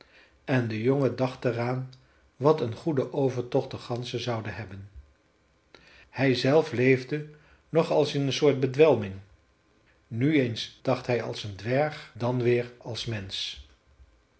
en de jongen dacht er aan wat een goeden overtocht de ganzen zouden hebben hij zelf leefde nog als in een soort bedwelming nu eens dacht hij als dwerg dan weer als mensch